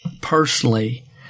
personally